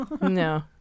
no